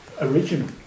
original